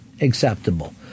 acceptable